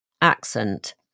accent